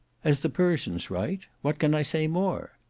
as the persians write, what can i say more?